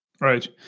Right